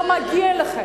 לא מגיע לכם.